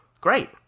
great